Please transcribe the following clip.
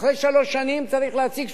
אחרי שלוש שנים צריך להציג תשובות.